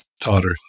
daughter